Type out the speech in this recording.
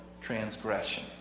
transgression